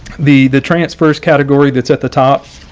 the the transfers category that's at the top,